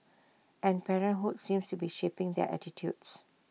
and parenthood seems to be shaping their attitudes